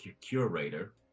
curator